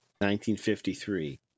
1953